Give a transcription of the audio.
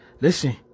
listen